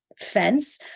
fence